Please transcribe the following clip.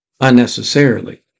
unnecessarily